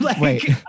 Wait